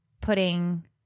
putting